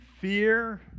fear